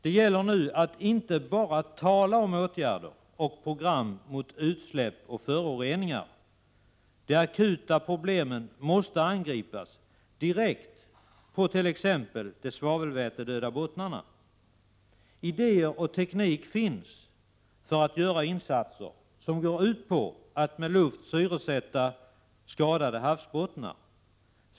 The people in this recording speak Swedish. Det gäller nu att inte bara tala om åtgärder och program mot utsläpp och föroreningar. De akuta problemen med de svavelvätedöda bottnarna måste angripas direkt. Idéer och teknik finns för att göra insatser som går ut på att med luft syresätta skadade havsbottnar.